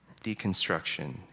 deconstruction